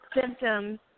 symptoms